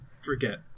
forget